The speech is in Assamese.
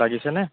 লাগিছেনে